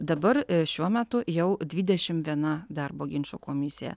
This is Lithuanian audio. dabar šiuo metu jau dvidešimt viena darbo ginčų komisija